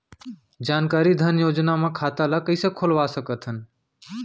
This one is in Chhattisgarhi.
जानकारी धन योजना म खाता ल कइसे खोलवा सकथन?